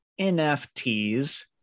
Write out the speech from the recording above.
NFTs